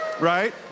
Right